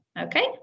Okay